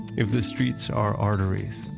if the streets are arteries,